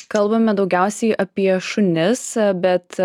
kalbame daugiausiai apie šunis bet